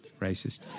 Racist